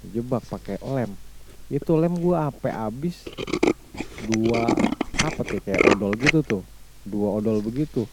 Dijebak pake lem, itu lem gue ampe abis dua apa tuh kayak odol gitu tuh, dua odol begitu